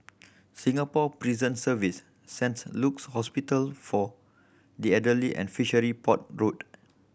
Singapore Prison Service Saint Luke's Hospital for the Elderly and Fishery Port Road